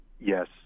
Yes